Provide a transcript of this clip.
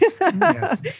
Yes